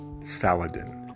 Saladin